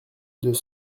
deux